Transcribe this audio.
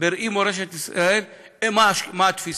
בראי מורשת ישראל מה התפיסה,